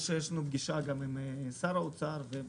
יש לנו גם פגישה עם שר האוצר ועם